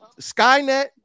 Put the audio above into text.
Skynet